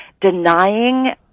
denying